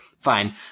Fine